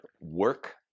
work